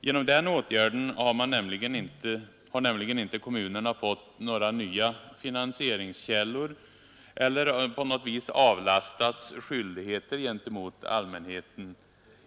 Genom den åtgärden har nämligen inte kommunerna fått några nya finansieringskällor eller på något vis avlastats skyldigheter gentemot allmänheten.